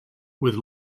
with